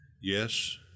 Yes